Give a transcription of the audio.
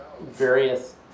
various